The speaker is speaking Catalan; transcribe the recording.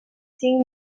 cinc